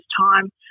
time